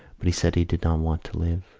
but he said he did not want to live